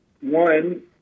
One